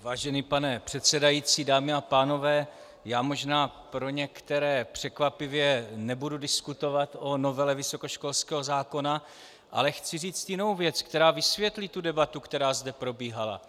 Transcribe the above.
Vážený pane předsedající, dámy a pánové, já možná pro některé překvapivě nebudu diskutovat o novele vysokoškolského zákona, ale chci říct jinou věc, která vysvětlí debatu, která zde probíhala.